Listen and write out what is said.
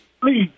please